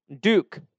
Duke